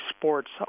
sports